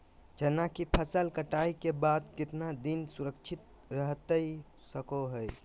चना की फसल कटाई के बाद कितना दिन सुरक्षित रहतई सको हय?